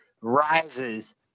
rises